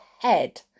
head